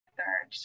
third